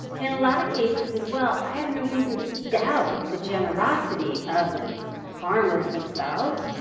in a lot of cases as well, i have no reason to doubt the generosity of the farmers themselves.